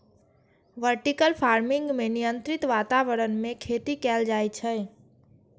vertical farming मे नियंत्रित वातावरण मे खेती कैल जाइ छै